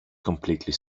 completely